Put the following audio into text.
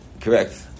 Correct